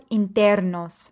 internos